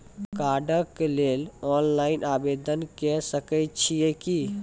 कार्डक लेल ऑनलाइन आवेदन के सकै छियै की?